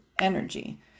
energy